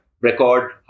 record